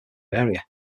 area